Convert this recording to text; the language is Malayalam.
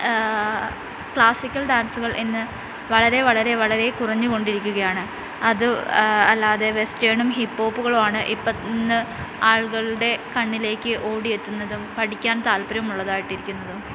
ക്ലാസ്സിക്കൽ ഡാൻസുകൾ ഇന്ന് വളരെ വളരെ വളരെ കുറഞ്ഞുകൊണ്ടിരിക്കുകയാണ് അത് അല്ലാതെ വെസ്റ്റേർണും ഹിപ്ഹോപ്പുകളും ആണ് ഇപ്പം ഇന്ന് ആൾകളുടെ കണ്ണിലേക്ക് ഓടിയെത്തുന്നതും പഠിക്കാൻ താല്പര്യം ഉള്ളതായിട്ടു ഇരിക്കുന്നതും